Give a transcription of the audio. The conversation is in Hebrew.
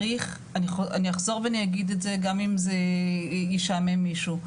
אני אחזור ואני אגיד את זה גם אם זה ישעמם מישהו,